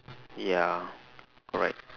ya correct